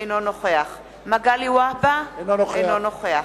אינו נוכח מגלי והבה, אינו נוכח